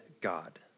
God